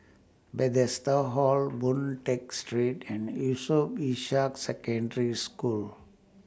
Bethesda Hall Boon Tat Street and Yusof Ishak Secondary School